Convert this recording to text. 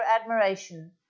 admiration